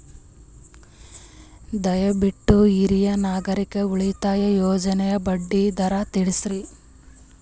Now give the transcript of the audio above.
ದಯವಿಟ್ಟು ಹಿರಿಯ ನಾಗರಿಕರ ಉಳಿತಾಯ ಯೋಜನೆಯ ಬಡ್ಡಿ ದರ ತಿಳಸ್ರಿ